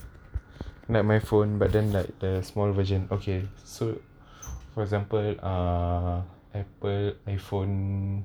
like my phone but then like the small version okay so for example uh apple iphone